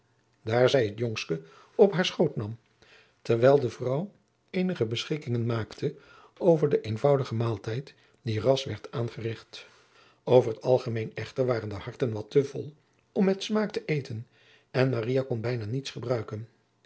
daar zij het jongske op haar schoot nam terwijl de vrouw eenige beschikkingen maakte over den eenvoudigen maaltijd die ras werd aangerigt over het algemeen echter waren de harten wat te vol om met smaak te eten en maria kon bijna niets gebruiken